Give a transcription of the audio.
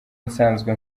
nsanzwe